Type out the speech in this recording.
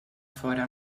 fora